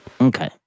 Okay